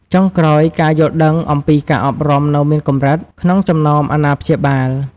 ចុងក្រោយ ការយល់ដឹងអំពីការអប់រំនៅមានកម្រិត ក្នុងចំណោមអាណាព្យាបាល។